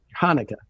Hanukkah